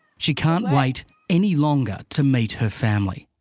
she can't wait any longer to meet her family.